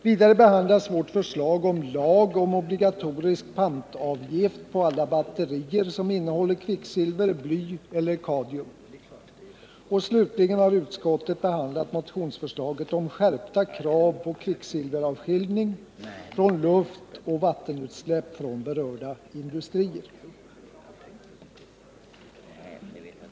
Vidare behandlas vårt förslag om lag om obligato risk pantavgift på alla batterier som innehåller kvicksilver, bly eller kadmium. Slutligen har utskottet behandlat motionsförslaget om skärpta krav på kvicksilveravskiljning vid luftoch vattenutsläpp från berörda industrier.